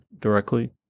directly